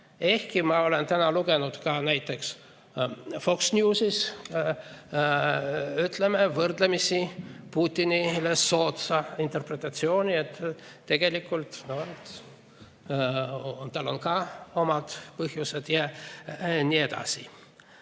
Ehkki ma olen täna lugenud ka näiteks Fox Newsist, ütleme, Putinile võrdlemisi soodsat interpretatsiooni, et tegelikult tal on ka omad põhjused ja nii edasi.